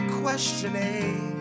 questioning